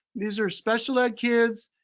these are special ed kids,